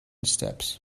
steps